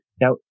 Now